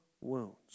wounds